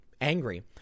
angry